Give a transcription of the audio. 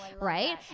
Right